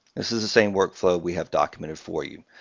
this is the same workflow we have documented for you.